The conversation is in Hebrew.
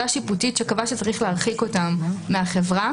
שיפוטית שקבעה שצריך להרחיק אותם מהחברה.